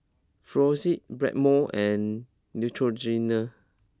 Floxia Blackmores and Neutrogena